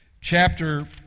chapter